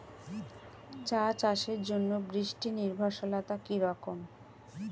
চা চাষের জন্য বৃষ্টি নির্ভরশীলতা কী রকম?